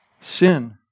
sin